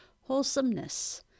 wholesomeness